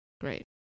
Great